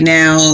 now